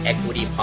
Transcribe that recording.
Equity